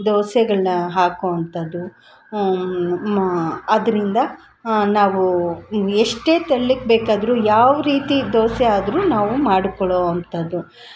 ದೋಸೆಗಳನ್ನ ಹಾಕೋವಂಥದು ಮ ಅದರಿಂದ ನಾವೂ ಎಷ್ಟೇ ತೆಳ್ಳಗೆ ಬೇಕಾದರೂ ಯಾವ ರೀತಿ ದೋಸೆ ಆದರೂ ನಾವು ಮಾಡ್ಕೊಳೋವಂಥದು